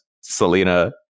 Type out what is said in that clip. Selena